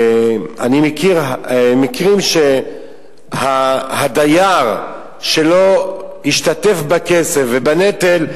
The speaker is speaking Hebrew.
אני מכיר מקרים שהדייר שלא השתתף בכסף ובנטל,